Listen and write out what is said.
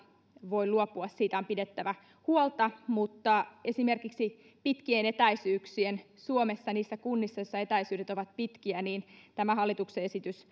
voi luopua siitä on pidettävä huolta mutta esimerkiksi pitkien etäisyyksien suomessa niissä kunnissa joissa etäisyydet ovat pitkiä tämä hallituksen esitys